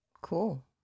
Cool